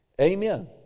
Amen